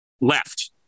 left